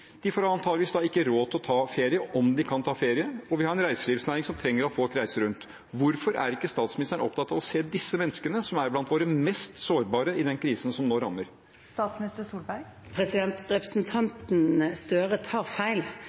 kan ta ferie. Og vi har en reiselivsnæring som trenger at folk reiser rundt. Hvorfor er ikke statsministeren opptatt av å se disse menneskene, som er blant våre mest sårbare i den krisen som nå rammer? Representanten Gahr Støre tar feil